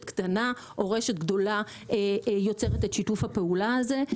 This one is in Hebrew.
קטנה או רשת גדולה יוצרת את שיתוף הפעולה הזה.